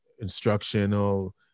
instructional